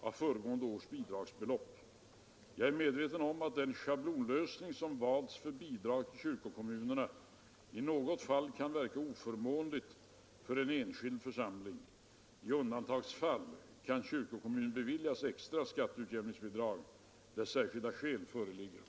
Har statsrådet för avsikt att vidta några åtgärder för att undanröja de negativa konsekvenser, som de nuvarande reglerna för kommunala skatteutjämningsbidrag medför för vissa kyrkokommuner, vilka år 1973 tillfälligt hade en ovanligt hög skattekraft?